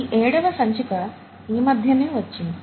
ఈ ఏడవ సంచిక ఈమధ్యనే వచ్చింది